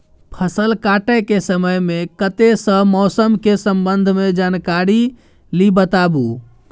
फसल काटय के समय मे कत्ते सॅ मौसम के संबंध मे जानकारी ली बताबू?